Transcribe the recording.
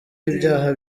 ibyaha